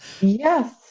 Yes